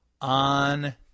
on